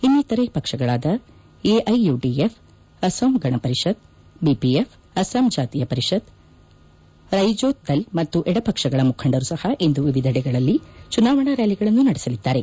ಇನ್ನಿತರೆ ಪಕ್ಷಗಳಾದ AIUDF Asom Gana Parishad BPF Assam Jatiya Parishad Raijor Dal ಮತ್ತು ಎಡಪಕ್ಷಗಳ ಮುಖಂಡರು ಸಪ ಇಂದು ವಿವಿಧೆಡೆಗಳಲ್ಲಿ ಚುನಾವಣಾ ರ್ಾಲಿಗಳನ್ನು ನಡೆಸಲಿದ್ದಾರೆ